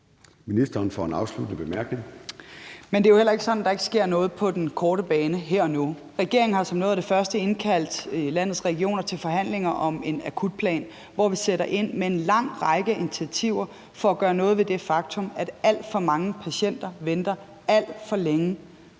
(Sophie Løhde): Men det er jo heller ikke sådan, at der ikke sker noget på den korte bane her og nu. Regeringen har som noget af det første indkaldt landets regioner til forhandlinger om en akutplan, hvor vi sætter ind med en lang række initiativer for at gøre noget ved det faktum, at alt for mange patienter på venteliste venter alt for længe.